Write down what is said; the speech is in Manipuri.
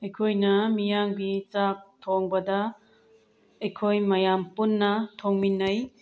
ꯑꯩꯈꯣꯏꯅ ꯃꯤꯌꯥꯝꯒꯤ ꯆꯥꯛ ꯊꯣꯡꯕꯗ ꯑꯩꯈꯣꯏ ꯃꯌꯥꯝ ꯄꯨꯟꯅ ꯊꯣꯡꯃꯤꯟꯅꯩ